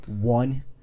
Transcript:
one